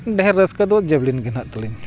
ᱰᱷᱮᱨ ᱨᱟᱹᱥᱠᱟᱹ ᱫᱚ ᱡᱮᱵᱞᱤᱤᱱ ᱜᱮ ᱱᱟᱜ ᱛᱟᱹᱞᱤᱧ